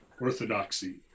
orthodoxy